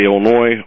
Illinois